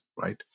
right